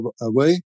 away